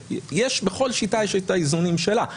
בכל שיטה יש האיזונים שלה.